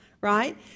right